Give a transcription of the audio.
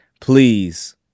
please